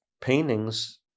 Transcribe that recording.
paintings